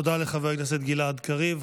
תודה לחבר הכנסת גלעד קריב.